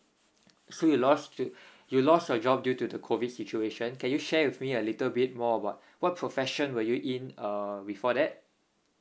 so you lost due you lost your job due to the COVID situation can you share with me a little bit more about what profession were you in uh before that